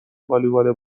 والیبال